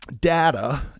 data